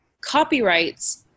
copyrights